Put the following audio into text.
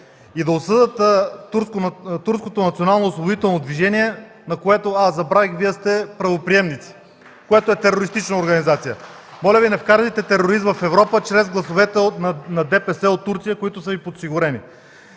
и да осъдят турското националноосвободително движение, на което, аз забравих, Вие сте правоприемници, което е терористична организация. (Ръкопляскания от „Атака”.) Моля Ви, не вкарвайте тероризма в Европа чрез гласовете на ДПС от Турция, които са Ви подсигурени.